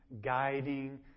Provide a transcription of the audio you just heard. guiding